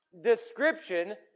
description